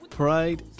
pride